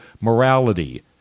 morality